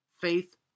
Faith